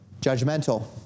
judgmental